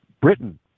Britain